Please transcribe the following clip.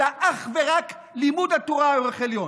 אלא אך ורק לימוד התורה הוא ערך עליון.